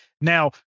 Now